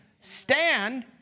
Stand